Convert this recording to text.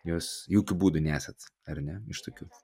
jūs jokiu būdu nesat ar ne iš tokių